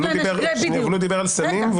אבל הוא דיבר על סמים- - רגע,